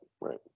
right